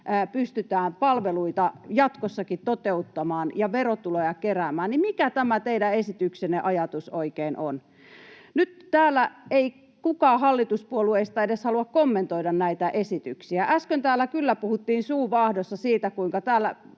pystytään palveluita jatkossakin toteuttamaan ja verotuloja keräämään, niin mikä tämän teidän esityksenne ajatus oikein on? Nyt täällä ei kukaan hallituspuolueista edes halua kommentoida näitä esityksiä. Äsken täällä kyllä puhuttiin suu vaahdossa siitä, kuinka täällä